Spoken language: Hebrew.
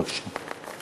בבקשה.